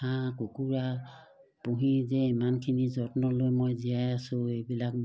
হাঁহ কুকুৰা পুহি যে ইমানখিনি যত্ন লৈ মই জীয়াই আছোঁ এইবিলাক